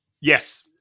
Yes